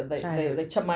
childhood